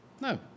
No